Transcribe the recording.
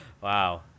Wow